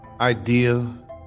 idea